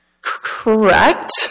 Correct